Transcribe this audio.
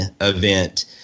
event